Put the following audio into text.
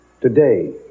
today